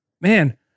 man